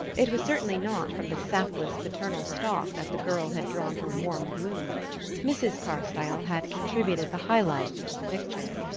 it was certainly not from the sapless paternal stock that the girl had drawn her warm bloom mrs. carstyle had contributed the high lights to the picture.